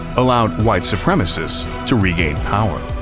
allowed white supremacists to regain power.